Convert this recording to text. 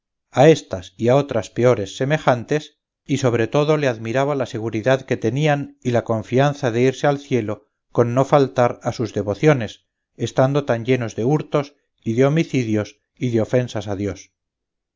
a éstas y a otras peores semejantes y sobre todo le admiraba la seguridad que tenían y la confianza de irse al cielo con no faltar a sus devociones estando tan llenos de hurtos y de homicidios y de ofensas a dios